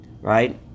right